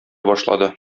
башлады